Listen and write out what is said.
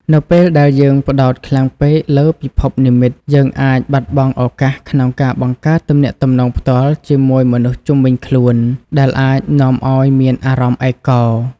នៅពេលដែលយើងផ្ដោតខ្លាំងពេកលើពិភពនិម្មិត យើងអាចបាត់បង់ឱកាសក្នុងការបង្កើតទំនាក់ទំនងផ្ទាល់ជាមួយមនុស្សជុំវិញខ្លួន ដែលអាចនាំឱ្យមានអារម្មណ៍ឯកោ។